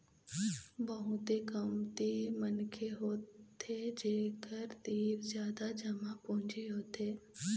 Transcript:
बहुते कमती मनखे होथे जेखर तीर जादा जमा पूंजी होथे